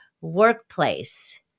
workplace